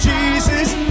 Jesus